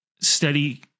steady